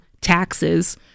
taxes